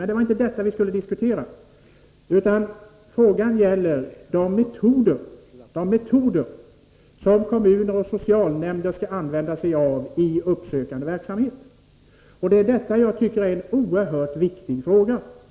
Men det var inte det som vi skulle diskutera, utan frågan gäller de metoder som kommuner och socialnämnder skall använda i uppsökande verksamhet. Det är en oerhört viktig fråga.